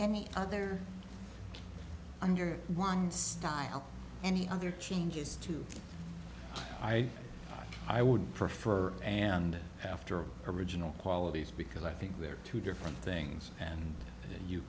any other under one style and other changes to i i would prefer and after original qualities because i think they're two different things and you